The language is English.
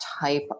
type